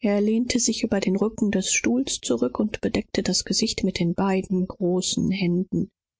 er lehnte über dem rücken eines stuhles und bedeckte sein gesicht mit seinen großen händen